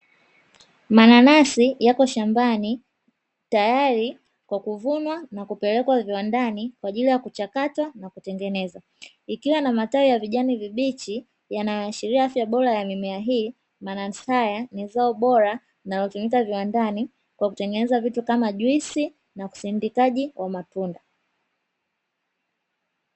Mananasi yapo shambani tayari kwa kuvunwa na kupelekwa shambani kwa kuuzwa yakiwa na matawi ya kijani mananasi hutumika kwa utengenezaji wa juisi na natunda